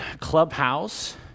clubhouse